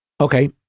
Okay